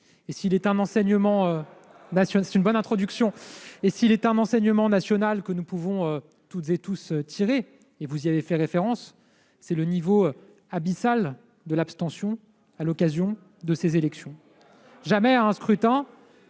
S'il est un enseignement national que nous pouvons toutes et tous tirer, et vous y avez fait référence, c'est le niveau abyssal de l'abstention à l'occasion de ces élections. Jamais, à un scrutin,